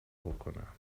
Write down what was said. بکنم